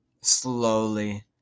slowly